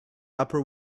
upper